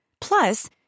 Plus